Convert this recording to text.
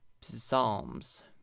Psalms